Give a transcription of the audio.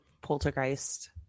Poltergeist